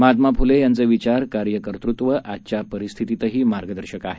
महात्मा फुले यांचे विचार कार्यकर्तुत्व आजच्या परिस्थितीतही मार्गदर्शक आहेत